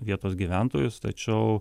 vietos gyventojus tačiau